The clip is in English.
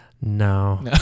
No